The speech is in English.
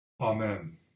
Amen